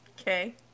Okay